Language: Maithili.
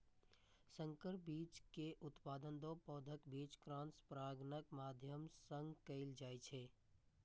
संकर बीज के उत्पादन दू पौधाक बीच क्रॉस परागणक माध्यम सं कैल जाइ छै